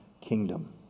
kingdom